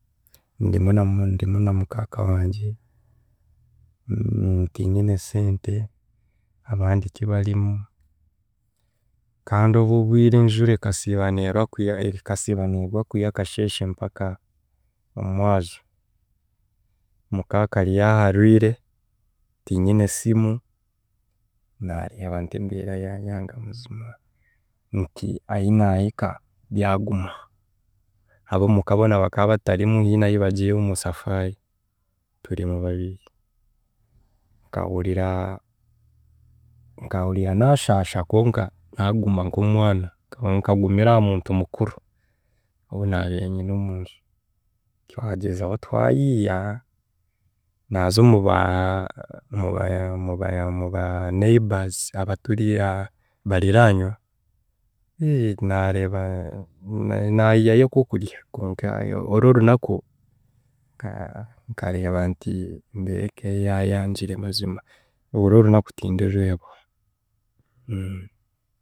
Ndimu namu ndimu namukaaka wangye tiinyine sente, abandi tibarimu kandi obw'obwire enjura akasiiba neerwa kwiha ekasiiba neegwa kwiha akasheeshe mpaka omumwazo, mukaaka aryaha arwire tiinyine simu naareeba nti embeera yaayanga mazima nti ahinaahika byaguma, ob’omuka boona baka batarimu hiine ahi bagiire omusafaari turimu babiri, nkahurira nkahurira naashaasha konka naaguma nk'omwana, nkagumira aha muntu mukuru ou naabiire nyine omunju twagyezaho twayiiya naaza omuba omuba omuba omuba neighbors abaturya bariranywa, naareeba naayiyayo akokudya, konka orw'orunaku nka- nkareeba nti embeera ekayaayangire mazima, orworunaku tindirwebwa